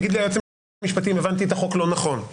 יגיד לי היועץ המשפטי אם הבנתי לא נכון את החוק.